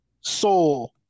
Soul